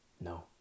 no